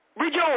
rejoice